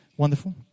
wonderful